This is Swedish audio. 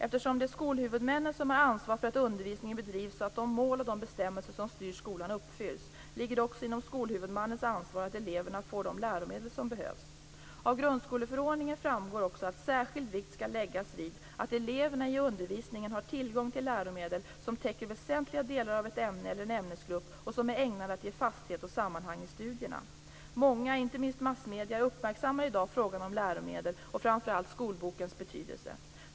Eftersom det är skolhuvudmännen som har ansvar för att undervisningen bedrivs så att de mål och de bestämmelser som styr skolan uppfylls, ligger det också inom skolhuvudmannens ansvar att eleverna får de läromedel som behövs. Av grundskoleförordningen framgår också att särskild vikt skall läggas vid att eleverna i undervisningen har tillgång till läromedel som täcker väsentliga delar av ett ämne eller en ämnesgrupp och som är ägnade att ge fasthet och sammanhang i studierna. Många, inte minst massmedier, uppmärksammar i dag frågan om läromedel och framför allt skolbokens betydelse.